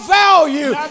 value